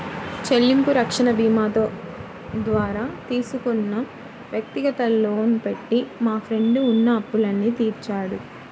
చెల్లింపు రక్షణ భీమాతో ద్వారా తీసుకున్న వ్యక్తిగత లోను పెట్టి మా ఫ్రెండు ఉన్న అప్పులన్నీ తీర్చాడు